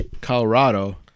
Colorado